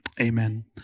amen